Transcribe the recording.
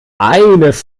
eines